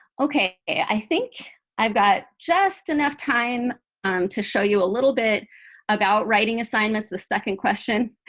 ok, i think i've got just enough time to show you a little bit about writing assignments, the second question.